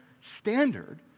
standard